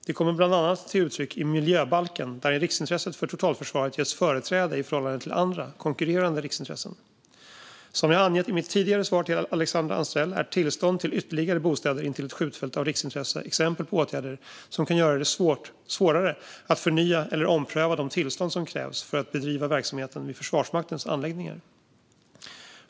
Det kommer bland annat till uttryck i miljöbalken, där riksintresset för totalförsvaret getts företräde i förhållande till andra konkurrerande riksintressen. Som jag angett i mitt tidigare svar till Alexandra Anstrell är tillstånd till ytterligare bostäder intill ett skjutfält av riksintresse exempel på åtgärder som kan göra det svårare att förnya eller ompröva de tillstånd som krävs för att bedriva verksamheten vid Försvarsmaktens anläggningar.